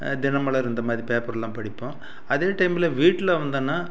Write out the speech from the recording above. தினமலர் இந்த மாதிரி பேப்பர்லாம் படிப்போம் அதே டைமில் வீட்டில் வந்தேனா